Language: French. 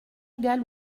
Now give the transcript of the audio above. égal